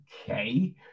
okay